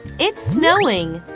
it's snowing.